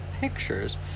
pictures